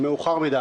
מאוחר מדי.